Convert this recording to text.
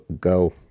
go